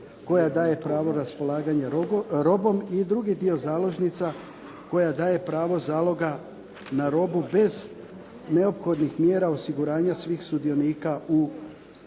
koja daje pravo raspolaganja robom i drugi dio založnica koja daje pravo zaloga na robu bez neophodnih mjera osiguranja svih sudionika u prometu.